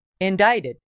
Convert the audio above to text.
indicted